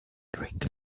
drink